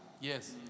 yes